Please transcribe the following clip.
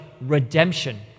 redemption